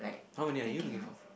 how many are you looking for